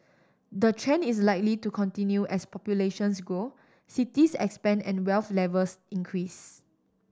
the trend is likely to continue as populations grow cities expand and wealth levels increase